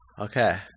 Okay